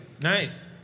Nice